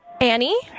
Annie